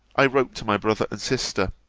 i wrote to my brother and sister.